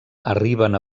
arriben